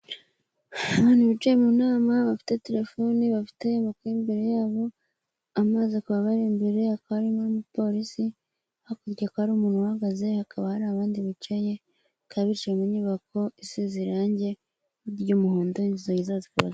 Abantu bicaye mu nama bafite telefoni bafite amakayi imbere yabo, amazi akaba abari imbere, hakaba harimo n'umupolisi hakurya kwa hari umuntu uhagaze, hakaba hari abandi bicaye bikaba bicaye mu nyubako isize irangi ry'umuhondo inzugi zayo zikaba zisa.